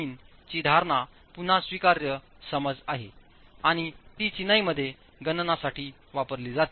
003 ची धारणा पुन्हा स्वीकार्य समज आहे आणि ती चिनाई मध्ये गणनासाठी वापरली जाते